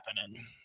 happening